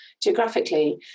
geographically